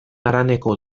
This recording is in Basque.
haraneko